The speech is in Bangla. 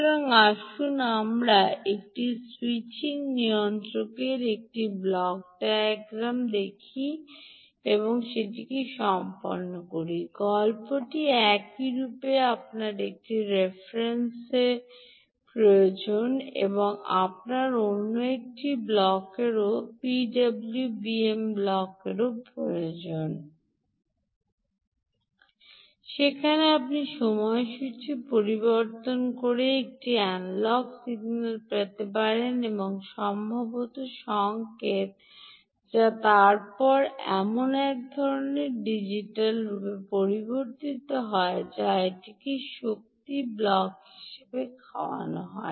সুতরাং আসুন আমরা একটি স্যুইচিং নিয়ন্ত্রকের একটি ব্লক ডায়াগ্রাম দেখিয়ে এটি সম্পন্ন করি গল্পটি একইরূপে আপনার একটি রেফারেন্স প্রয়োজন এবং আপনার অন্য একটি ব্লকেরও দরকার যা পিডব্লিউএম ব্লকও বলা হয় যেখানে আপনি সময়সূচী পরিবর্তিত একটি এনালগ সিগন্যাল পেতে পারেন সম্ভবত সংকেত যা তারপর এমন এক ধরণের ডিজিটাল ডালতে রূপান্তরিত হয় যা এটিকে শক্তি ব্লক হিসাবে খাওয়ানো হয়